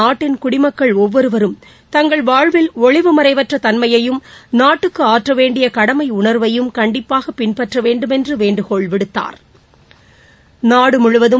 நாட்டின் குடிமக்கள் ஒவ்வொருவரும் தங்கள் வாழ்வில் ஒளிவு மறைவற்றதன்மையையும் நாட்டுக்குஆற்றவேண்டயகடமைஉணா்வையும் கண்டிப்பாகபின்பற்றவேண்டுமென்றுவேண்டுகோள் விடுத்தாா்